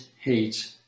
hate